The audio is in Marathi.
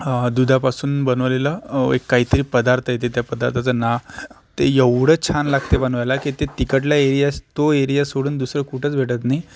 दुधापासून बनवलेलं एक काहीतरी पदार्थ येते त्या पदार्थाचं नाव ते एवढं छान लागते बनवायला की ते तिकडला एरिया तो एरिया सोडून दुसरं कुठंच भेटत नाही